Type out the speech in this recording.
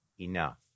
enough